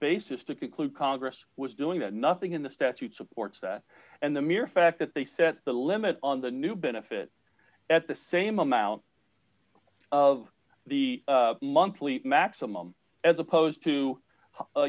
basis to conclude congress was doing that nothing in the statute supports that and the mere fact that they set the limit on the new benefit at the same amount of the monthly maximum as opposed